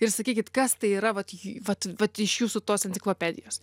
ir sakykit kas tai yra vat vat vat iš jūsų tos enciklopedijos